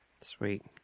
sweet